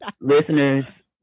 listeners